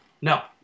No